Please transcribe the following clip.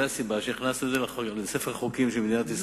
זאת הסיבה לכך שהכנסנו את זה לספר החוקים של מדינת ישראל.